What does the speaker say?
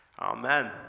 Amen